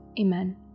amen